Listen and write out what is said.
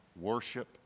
Worship